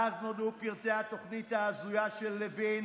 מאז נודעו פרטי התוכנית ההזויה של לוין,